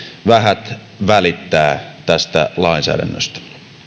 vähät välittävät tästä lainsäädännöstä